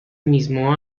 mismo